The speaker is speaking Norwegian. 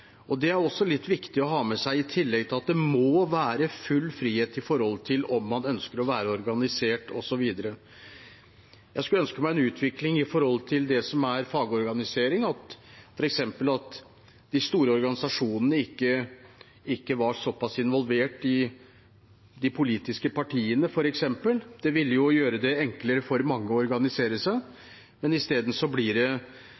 og det er også litt viktig å ha med seg, i tillegg til at det må være full frihet med tanke på om man ønsker å være organisert, osv. Når det gjelder fagorganisering, skulle jeg ønsket meg en utvikling der f.eks. de store organisasjonene ikke var såpass involvert i de politiske partiene. Det ville gjøre det enklere for mange å organisere seg. Isteden blir det